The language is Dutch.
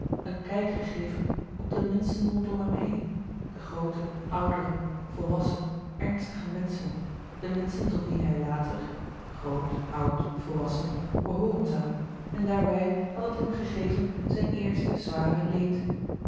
een kijk gegeven op de menschen rondom hem heen de groote oudere volwassen ernstige menschen de menschen tot wie hij later groot oud volwassen behooren zoû en daarbij had het hem gegeven zijn eerste zware leed